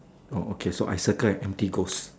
okay so I circle an empty ghost